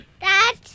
dad